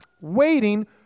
waiting